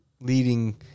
leading